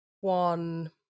one